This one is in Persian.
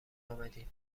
آمدید